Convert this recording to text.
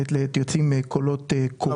מעת לעת יוצאים קולות קוראים.